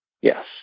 Yes